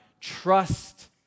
Trust